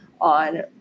on